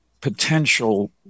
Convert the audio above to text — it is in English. potential